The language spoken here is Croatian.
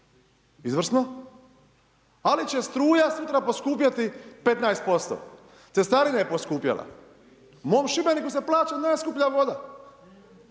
izvrsno, ali će struja sutra poskupjeti 15%, cestarina je poskupjela. Mom Šibeniku se plaća najskuplja voda.